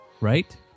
right